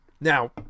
Now